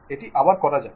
এটি আবার করা যাক